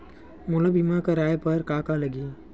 मोला बीमा कराये बर का का लगही?